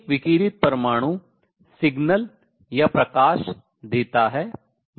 एक विकिरणित परमाणु signals संकेत या प्रकाश देता है